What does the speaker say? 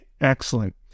Excellent